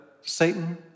Satan